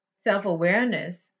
Self-awareness